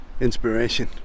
Inspiration